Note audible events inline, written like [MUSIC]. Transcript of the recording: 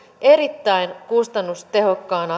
erittäin kustannustehokkaaksi [UNINTELLIGIBLE]